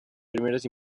primeres